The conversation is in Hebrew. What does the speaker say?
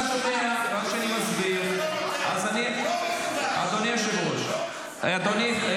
אני, אדוני, אדוני.